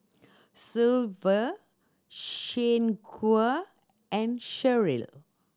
Sylva Shanequa and Sherrill